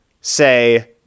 say